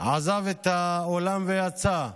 עזב את האולם ויצא.